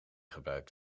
gebruikt